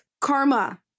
karma